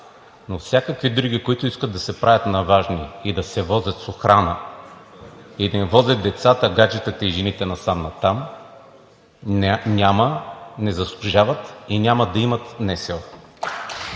но всякакви други, които искат да се правят на важни и да се возят с охрана и да им возят децата, гаджетата и жените насам натам, няма, не заслужават и няма да имат НСО.